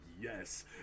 yes